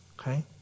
Okay